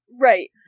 Right